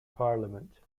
parliament